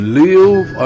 live